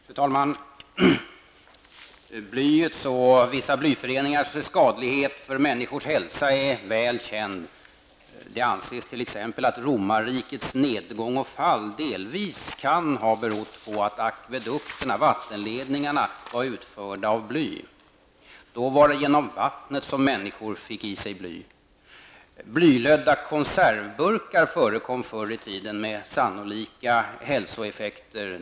Fru talman! Bly och vissa blyföreningars skadlighet för människors hälsa är väl känt. Det anses t.ex. att romarrikets nedgång och fall delvis kan ha berott på att akvedukterna, vattenledningarna, var utförda i bly. Då var det genom vattnet som människor fick i sig bly. Blylödda konservburkar förekom förr i tiden med sannolika hälsoeffekter.